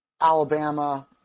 Alabama